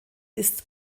ist